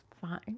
fine